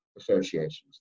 associations